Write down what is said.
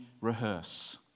rehearse